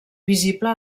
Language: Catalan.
visible